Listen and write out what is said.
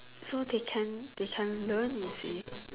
so they can they can learn you see